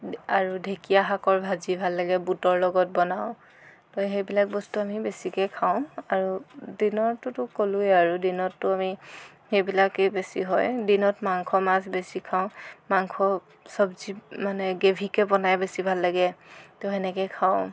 আৰু ঢেকিয়া শাকৰ ভাজি ভাল লাগে বুটৰ লগত বনাওঁ তো সেইবিলাক বস্তু আমি বেছিকৈ খাওঁ আৰু দিনৰটোতো ক'লোৱে আৰু দিনতটোতো আমি সেইবিলাকে বেছি হয় দিনত মাংস মাছ বেছি খাওঁ মাংস চবজি মানে গ্ৰেভিকৈ বনাই বেছি ভাল লাগে তো সেনেকৈ খাওঁ